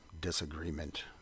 disagreement